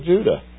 Judah